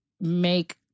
make